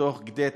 תוך כדי תנועה.